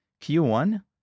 Q1